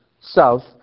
south